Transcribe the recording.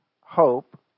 hope